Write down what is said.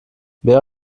mehr